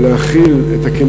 להחיל את הכלים